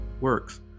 works